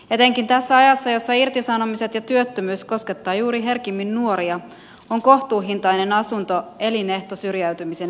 etenkin tässä ajassa jossa irtisanomiset ja työttömyys koskettavat herkimmin juuri nuoria on kohtuuhintainen asunto elinehto syrjäytymisen ehkäisyssä